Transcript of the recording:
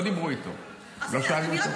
לא דיברו איתו, לא שאלו אותו.